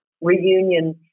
reunion